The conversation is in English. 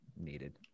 needed